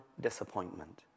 disappointment